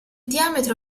diametro